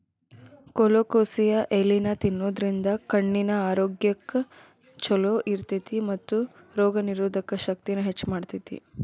colocasia ಎಲಿನಾ ತಿನ್ನೋದ್ರಿಂದ ಕಣ್ಣಿನ ಆರೋಗ್ಯ್ ಚೊಲೋ ಇರ್ತೇತಿ ಮತ್ತ ರೋಗನಿರೋಧಕ ಶಕ್ತಿನ ಹೆಚ್ಚ್ ಮಾಡ್ತೆತಿ